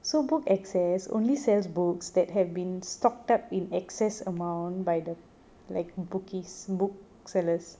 so book excess only says books that have been stocked up in excess amount by the like bookies booksellers